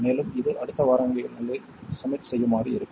மேலும் இது அடுத்த வாரங்களில் சப்மிட் செய்யுமாறு இருக்கும்